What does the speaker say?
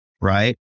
right